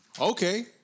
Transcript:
okay